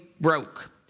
broke